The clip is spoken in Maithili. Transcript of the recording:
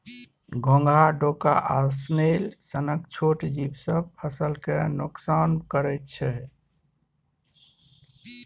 घोघा, डोका आ स्नेल सनक छोट जीब सब फसल केँ नोकसान करय छै